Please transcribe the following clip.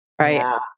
right